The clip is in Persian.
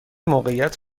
موقعیت